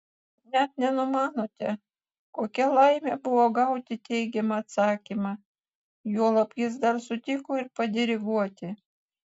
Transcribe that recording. net nenumanote kokia laimė buvo gauti teigiamą atsakymą juolab jis dar sutiko ir padiriguoti